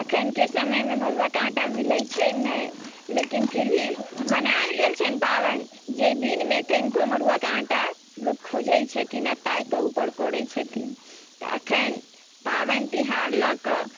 अखनके समयमे मड़ुआके आँटा मिलै छन्हि नहि लेकिन फिर भी बनायल गेल छन्हि पाबनि जे दिनमे कनिको मड़ुआके आँटा लोक खोजै छथिन आओर ताकि कऽ उपर करै छथिन तऽ एखन पाबनि तिहार लअ कऽ